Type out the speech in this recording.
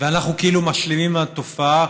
ואנחנו כאילו משלימים עם התופעה,